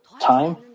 time